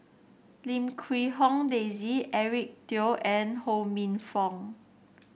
Lim Quee Hong Daisy Eric Teo and Ho Minfong